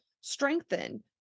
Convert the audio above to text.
strengthen